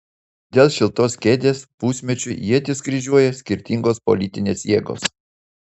dėl šiltos kėdės pusmečiui ietis kryžiuoja skirtingos politinės jėgos